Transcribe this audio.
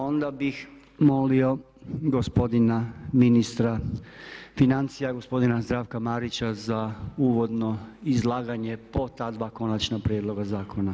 Onda bih molio gospodina ministra financija, gospodina Zdravka Marića za uvodno izlaganje po ta dva konačna prijedloga zakona.